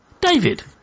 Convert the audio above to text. David